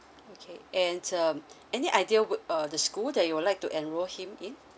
okay and uh any idea whic~ err the school that you would like to enroll him